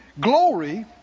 glory